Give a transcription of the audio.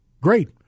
Great